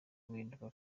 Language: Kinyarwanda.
guhinduka